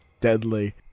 deadly